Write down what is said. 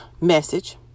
message